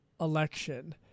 election